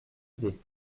idée